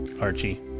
Archie